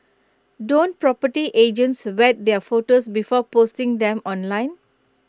don't property agents vet their photos before posting them online